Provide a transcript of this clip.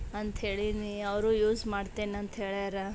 ಅಂತ ಹೇಳೀನಿ ಅವರು ಯೂಸ್ ಮಾಡ್ತೇನಂತ ಹೇಳ್ಯಾರ